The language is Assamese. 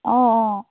অঁ অঁ